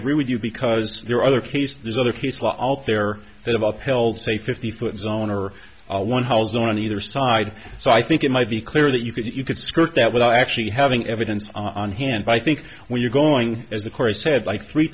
agree with you because there are other cases there's other case law out there that of upheld say fifty foot zone or one house on either side so i think it might be clear that you could you could skirt that without actually having evidence on hand but i think when you're going as the course said like three